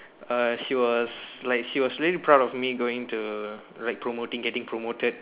err she was like she was really proud of me going to like promoting getting promoted